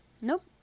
Nope